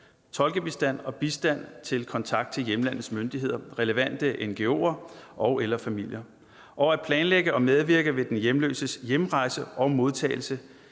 tolkebistand og bistand til kontakt til hjemlandets myndigheder, relevante ngo'er og/eller familier, og at planlægge og medvirke ved den hjemløses hjemrejse og modtagelse